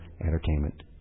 entertainment